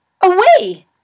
Away